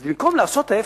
אז במקום לעשות ההיפך,